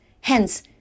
Hence